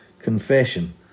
confession